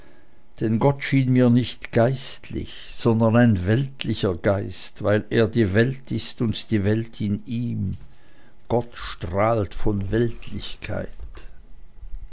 denn gott schien mir nicht geistlich sondern ein weltlicher geist weil er die welt ist und die welt in ihm gott strahlt von weltlichkeit